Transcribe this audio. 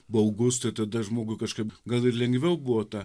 baugus tai tada žmogui kažkaip gal ir lengviau buvo tą